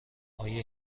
آیا